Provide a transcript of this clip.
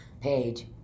page